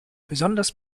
besonders